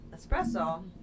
espresso